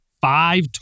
five